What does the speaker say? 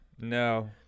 No